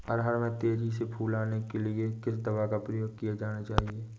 अरहर में तेजी से फूल आने के लिए किस दवा का प्रयोग किया जाना चाहिए?